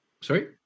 Sorry